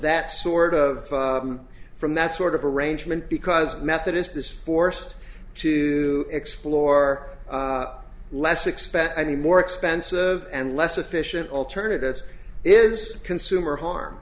that sort of from that sort of arrangement because methodist is forced to explore less expect any more expensive and less efficient alternatives is consumer harm